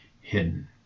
hidden